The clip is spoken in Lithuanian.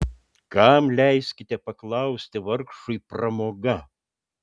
kam leiskite paklausti vargšui pramoga